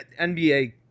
NBA